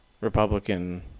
Republican